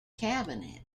cabinet